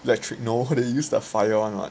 electric no did they use the fire one [what]